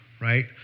right